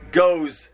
goes